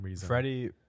Freddie